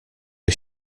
are